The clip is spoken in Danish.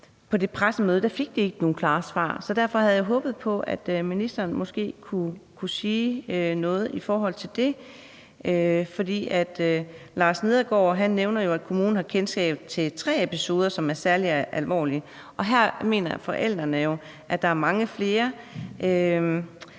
på det pressemøde fik vi ikke nogen klare svar, så derfor havde jeg håbet på, at ministeren måske kunne sige noget om det. For Lars Nedergaard nævner, at kommunen har kendskab til tre episoder, som er særlig alvorlige, og her mener forældrene jo, at der er mange flere.